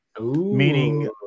Meaning